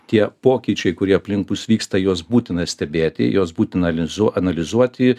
tie pokyčiai kurie aplink mus vyksta juos būtina stebėti juos būtina alizuo analizuoti